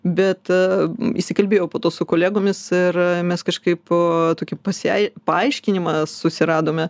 bet įsikalbėjau po to su kolegomis ir mes kažkaip po tokį pasiai paaiškinimą susiradome